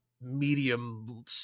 medium